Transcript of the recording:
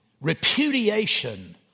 repudiation